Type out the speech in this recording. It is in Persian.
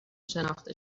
شناخته